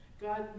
God